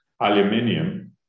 aluminium